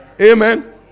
Amen